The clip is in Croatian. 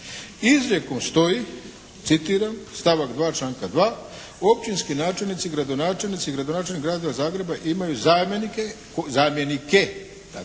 izrijekom stoji citiram stavak 2. članka 2., "Općinski načelnici, gradonačelnici i gradonačelnik Grada Zagreba imaju zamjenike…" dakle